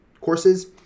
courses